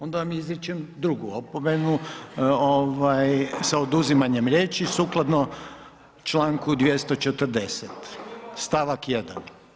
Onda vam izričem drugu opomenu sa oduzimanjem riječi sukladno čl. 240., stavak 1.